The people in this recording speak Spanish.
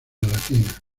latina